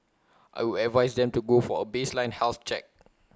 I would advise them to go for A baseline health check